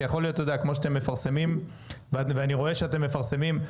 אני רואה שאתם מפרסמים.